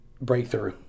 breakthrough